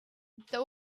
there